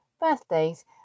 birthdays